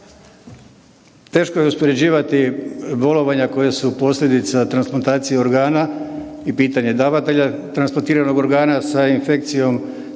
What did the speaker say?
Teško je uspoređivati bolovanja koja su posljedica transplantacije organa i pitanje davatelja transplantiranog organa sa infekcijom